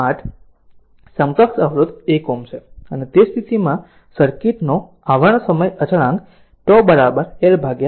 8 સમકક્ષ અવરોધ 1 Ωછે અને તે સ્થિતિમાં સર્કિટ નો સમય અચળાંક τ L R રહેશે